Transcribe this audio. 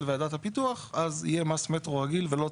ועדת הפיתוח אז יהיה מס מטרו רגיל ולא